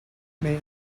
may